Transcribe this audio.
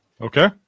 Okay